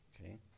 Okay